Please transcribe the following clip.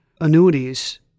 annuities